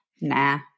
nah